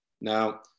now